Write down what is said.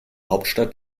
hauptstadt